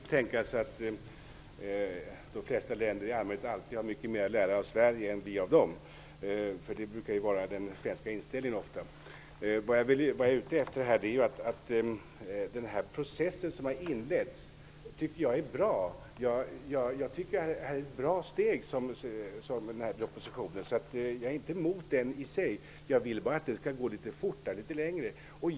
Fru talman! Det kan tänkas att de flesta länder i allmänhet alltid har mycket mer att lära av Sverige än vad vi har av dem. Det brukar ju ofta vara den svenska inställningen. Jag tycker att den process som har inletts är bra. Propositionen är ett bra steg. Jag är inte emot dess förslag i sig. Jag vill bara att man skall gå litet fortare och litet längre.